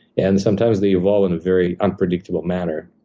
and sometimes they evolve in a very unpredictable manner.